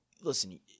listen